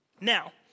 Now